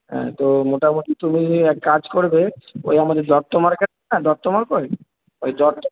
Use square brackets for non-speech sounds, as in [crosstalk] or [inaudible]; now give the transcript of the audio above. হ্যাঁ তো মোটামুটি তুমি এক কাজ করবে ওই আমাদের দত্ত মার্কেট [unintelligible] না দত্ত মার্কেট ওই দত্ত [unintelligible]